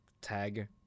tag